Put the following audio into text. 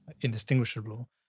indistinguishable